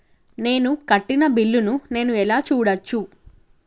నేను కట్టిన బిల్లు ను నేను ఎలా చూడచ్చు?